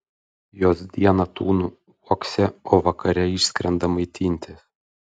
jos dieną tūno uokse o vakare išskrenda maitintis